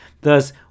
Thus